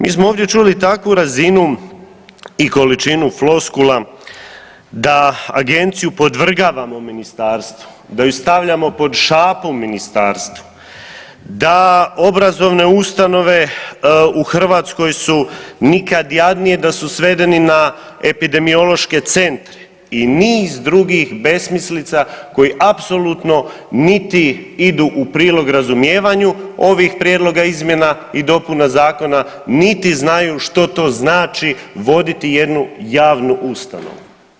Mi smo ovdje čuli takvu razinu i količinu floskula da agenciju podvrgavamo ministarstvu, da ju stavljamo pod šapu ministarstvu, da obrazovne ustanove u Hrvatskoj su nikad jadnije da su svedeni na epidemiološke centre i niz drugih besmislica koji apsolutno niti idu u prilog razumijevanju ovih prijedloga izmjena i dopuna zakona, niti znaju što to znači voditi jednu javnu ustanovu.